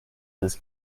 his